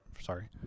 Sorry